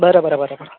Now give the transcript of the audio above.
बरं बरं बरं बरं